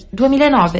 2009